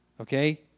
Okay